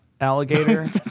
Alligator